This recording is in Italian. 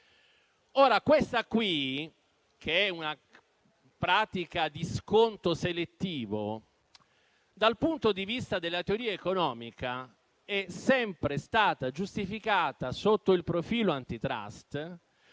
tratta di una pratica di sconto selettivo che, dal punto di vista della teoria economica, è sempre stata giustificata, sotto il profilo antitrust,